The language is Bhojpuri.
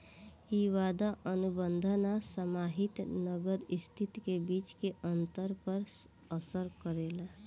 इ वादा अनुबंध आ समाहित नगद स्थिति के बीच के अंतर पर असर करेला